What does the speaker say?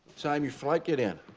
time'd your flight get in?